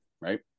right